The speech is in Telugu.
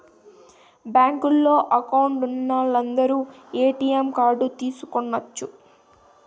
బ్యాంకులో అకౌంట్ ఉన్నోలందరు ఏ.టీ.యం కార్డ్ తీసుకొనచ్చు